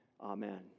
Amen